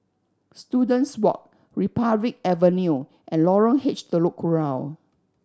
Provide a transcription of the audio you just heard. Students Walk Republic Avenue and Lorong H Telok Kurau